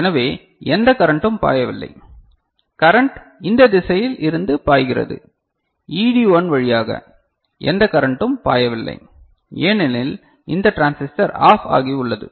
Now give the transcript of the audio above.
எனவே எந்த கரண்டும் பாயவில்லை கரன்ட் இந்த திசையில் இருந்து பாய்கிறது ED1 வழியாக எந்த கரண்டும் பாயவில்லை ஏனெனில் இந்த டிரான்சிஸ்டர் ஆஃப் ஆகி உள்ளது